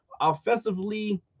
Offensively